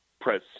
press